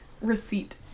Receipt